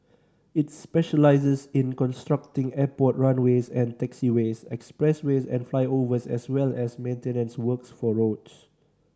it specialises in constructing airport runways and taxiways expressways and flyovers as well as maintenance works for roads